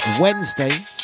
Wednesday